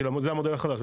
כאילו זה המודל החדש,